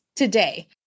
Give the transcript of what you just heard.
today